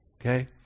Okay